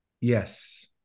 Yes